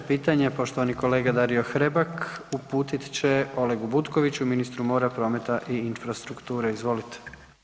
26. pitanje poštovani kolega Dario Hrebak uputit će Olegu Butkoviću, ministru mora, prometa i infrastrukture, izvolite.